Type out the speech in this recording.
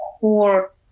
core